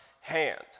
hand